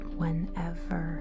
whenever